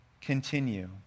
continue